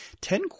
ten